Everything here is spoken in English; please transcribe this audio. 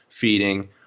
feeding